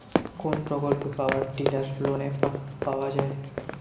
কোন প্রকল্পে power tiller লোনে পাওয়া য়ায়?